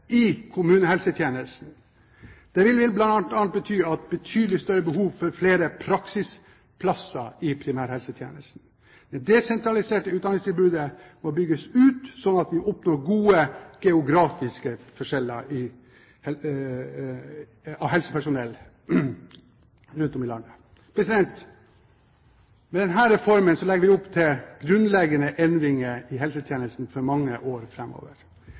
i kommunehelsetjenesten. Det vil bl.a. bety et betydelig større behov for praksisplasser i primærhelsetjenesten. Det desentraliserte utdanningstilbudet må bygges ut slik at vi oppnår gode geografiske forskjeller med tanke på helsepersonell rundt om i landet. Med denne reformen legger vi opp til grunnleggende endringer av helsetjenesten for mange år